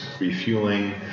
refueling